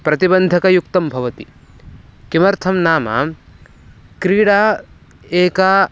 प्रतिबन्धकयुक्तं भवति किमर्थं नाम क्रीडा एका